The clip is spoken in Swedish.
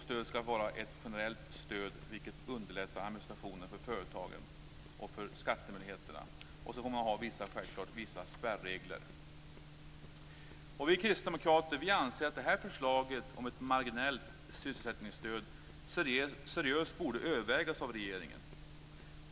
Stödet skall vara ett generellt stöd, vilket underlättar företagens och skattemyndigheternas administration. Självklart skall det också vara vissa spärregler. Vi kristdemokrater anser att förslaget om ett marginellt sysselsättningsstöd seriöst borde övervägas av regeringen.